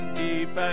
deep